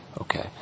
Okay